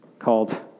Called